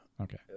Okay